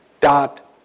dot